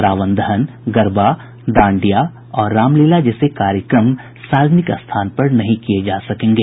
रावण दहन गरबा डांडिया रामलीला जैसे कार्यक्रम सार्वजनिक स्थान पर नहीं किये जा सकेंगे